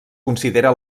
considera